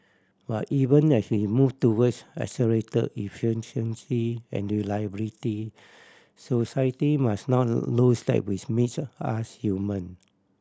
but even as we move towards accelerate efficiency and reliability society must not lose that which makes us human